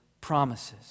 promises